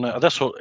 adesso